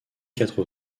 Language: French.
quatre